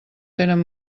tenen